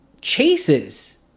chases